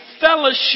fellowship